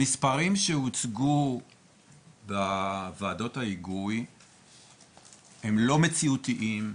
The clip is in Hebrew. המספרים שהוצגו בוועדות ההיגוי השונות הם לא מציאותיים,